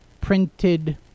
printed